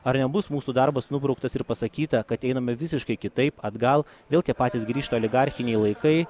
ar nebus mūsų darbas nubrauktas ir pasakyta kad einame visiškai kitaip atgal vėl tie patys grįžta oligarchiniai laikai